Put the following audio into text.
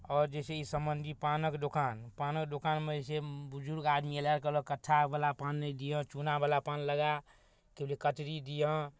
आओर जे छै कि ई समान कि पानके दोकान पानके दोकानमे जे छै बुजुर्ग आदमी अएलथि कहलक कत्थावला पान नहि दिऔ चूनावला पान लगा तुली कतरी दिअऽ